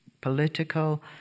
political